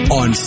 on